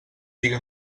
sigui